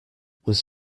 was